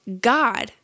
God